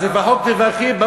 והוא יעיר אתכם?